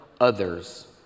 others